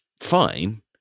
fine